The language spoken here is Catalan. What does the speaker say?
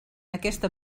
aquesta